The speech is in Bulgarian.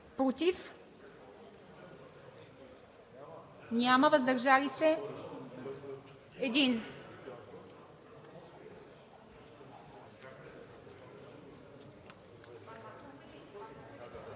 Против? Няма. Въздържал се? Един.